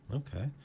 okay